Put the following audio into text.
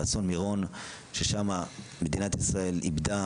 אסון מירון, ששם מדינת ישראל איבדה